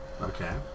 Okay